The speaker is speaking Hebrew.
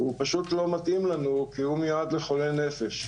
הוא פשוט לא מתאים לנו, כי הוא מיועד לחולי נפש.